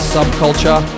Subculture